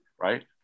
right